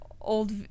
old